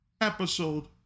episode